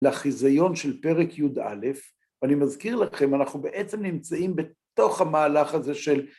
לחיזיון של פרק י"א, ואני מזכיר לכם, אנחנו בעצם נמצאים בתוך המהלך הזה של